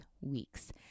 week's